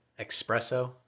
espresso